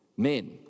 Men